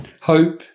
hope